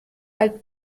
alt